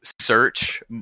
search